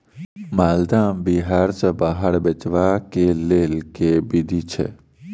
माल्दह आम बिहार सऽ बाहर बेचबाक केँ लेल केँ विधि छैय?